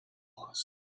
was